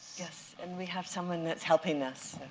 yes, and we have someone that's helping us.